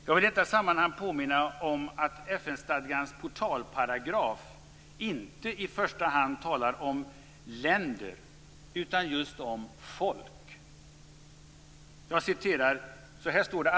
Jag vill i detta sammanhang påminna om att FN stadgans portalparagraf inte i första hand talar om länder utan just om folk.